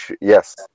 yes